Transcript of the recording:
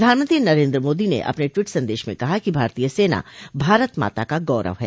प्रधानमंत्री नरेन्द्र मोदी ने अपने ट्वीट संदेश में कहा कि भारतीय सेना भारत माता का गौरव है